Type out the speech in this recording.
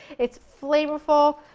it's flavorful,